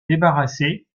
débarrassé